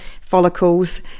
follicles